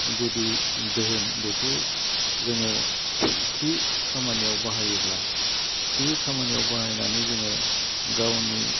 गुदि धोहोन बेखौ जोङो थि खामानियाव बाहायोब्ला थि खामानियाव बाहायनानै जोङो गावनि